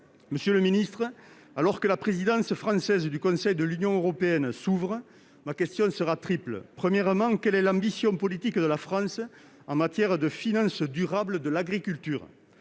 Monsieur le ministre, alors que la présidence française du Conseil de l'Union européenne s'ouvre, ma question sera triple. Premièrement, quelle est l'ambition politique de la France en matière de finance durable de l'agriculture ?